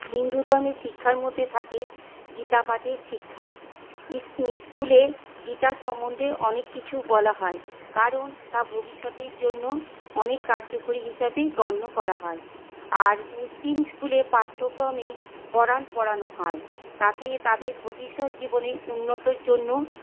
হিন্দুধর্মের শিক্ষার মধ্যে থাকে গীতাপাঠের শিক্ষা স্কুলে গীতা সমন্ধে অনেক কিছু বলা হয় কারণ তা ভবিষ্যতের জন্য অনেক কার্যকরী হিসাবে গণ্য করা হয় আর মুসলিম স্কুলে পাঠ্যক্রমে কোরান পড়ানো হয় তাতে তাদের ভবিষ্যৎ জীবনে উন্নতির জন্য